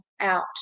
out